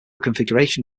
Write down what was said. configuration